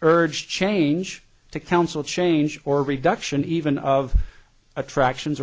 urge change to counsel change or reduction even of attractions